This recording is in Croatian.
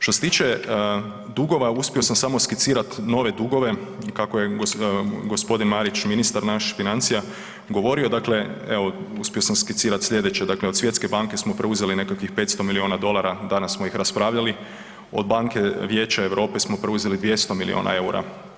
Što se tiče dugova, uspio sam samo skicirati nove dugove kako je gospodin Marić ministar naš financija govori, evo uspio sam skicirat sljedeće, dakle od Svjetske banke smo preuzeli nekakvih 500 milijuna dolara, danas smo ih raspravljali, od banke Vijeća Europe smo preuzeli 200 milijuna eura.